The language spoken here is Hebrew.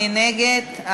מי נגד?